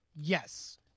Yes